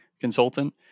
consultant